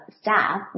staff